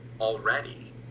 already